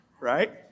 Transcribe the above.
Right